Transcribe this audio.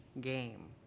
game